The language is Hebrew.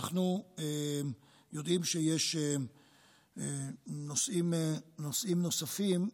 אנחנו יודעים שיש נושאים נוספים,